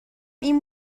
این